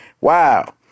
Wow